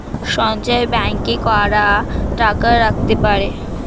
সঞ্চয় ব্যাংকে কারা টাকা রাখতে পারে?